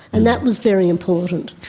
and that was very important.